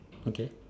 okay